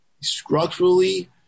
structurally